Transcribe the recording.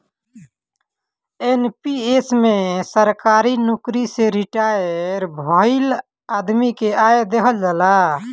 NPS में सरकारी नोकरी से रिटायर भईल आदमी के आय देहल जाला